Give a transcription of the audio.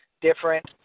different